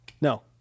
No